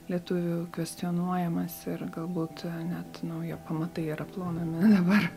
lietuvių kvestionuojamas ir galbūt net naujo pamatai yra plaunami dabar